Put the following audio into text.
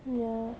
ya